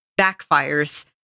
backfires